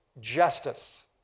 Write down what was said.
justice